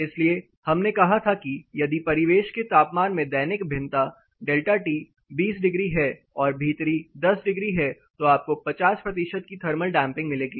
इसलिए हमने कहा था कि यदि परिवेश के तापमान में दैनिक भिन्नता डेल्टा टी 20 डिग्री है और भीतरी 10 डिग्री है तो आपको 50 प्रतिशत की थर्मल डैंपिंग मिलेगी